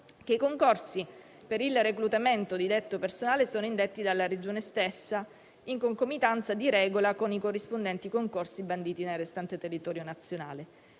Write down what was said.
che i concorsi per il reclutamento di detto personale sono indetti dalla Regione stessa in concomitanza, di regola, con i corrispondenti concorsi banditi nel restante territorio nazionale.